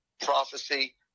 prophecy